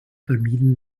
vermieden